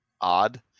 odd